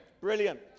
Brilliant